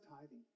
tithing